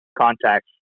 contacts